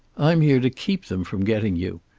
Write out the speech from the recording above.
i'm here to keep them from getting you.